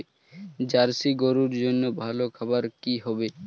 Jersey গরুর জন্য ভালো খাবার কি হবে?